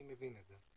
אני מבין את זה.